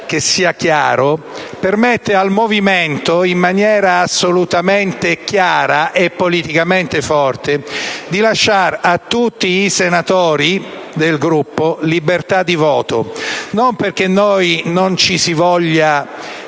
questo permette al Movimento, in maniera assolutamente chiara e politicamente forte, di lasciare a tutti i senatori del Gruppo libertà di voto; non perché non ci vogliamo